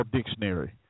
Dictionary